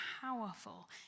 powerful